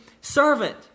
servant